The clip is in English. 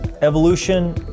evolution